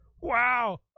Wow